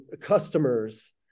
customers